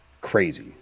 crazy